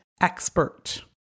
expert